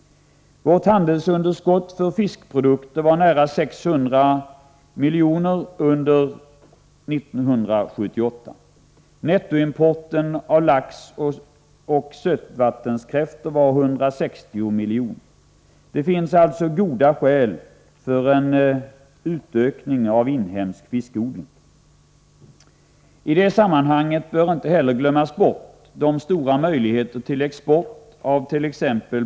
Vårt handelsunderskott för fiskprodukter var nära 600 miljoner under 1978. Nettoimporten av lax och sötvattenskräftor uppgick till 160 miljoner. Det finns alltså goda skäl för en utökning av inhemsk fiskodling. I detta sammanhang bör inte heller glömmas bort de stora möjligheter vi har till export avt.ex.